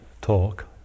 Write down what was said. talk